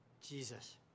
Jesus